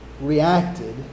reacted